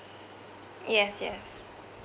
yes yes